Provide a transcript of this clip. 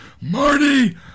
Marty